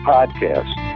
Podcast